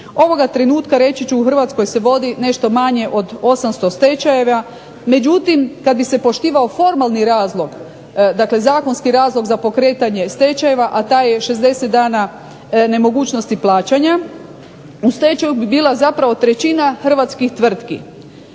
Ovoga trenutka reći ću u Hrvatskoj se vodi nešto manje od 800 stečajeva, međutim kad bi se poštivao formalni razlog, dakle zakonski razlog za pokretanje stečajeva, a taj je 60 dana nemogućnosti plaćanja, u stečaju bi bila zapravo trećina hrvatskih tvrtki.